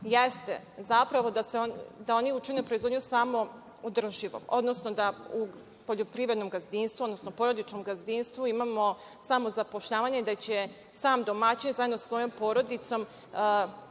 jeste zapravo da oni učine proizvodnju samoodrživom, odnosno da u poljoprivrednom gazdinstvu, porodičnom gazdinstvu imamo samozapošljavanje, gde će sam domaćin zajedno sa svojom porodicom